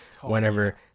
whenever